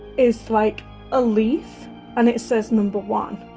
is like a leaf and it says number one